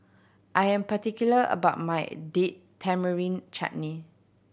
I am particular about my Date Tamarind Chutney